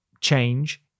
change